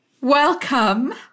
Welcome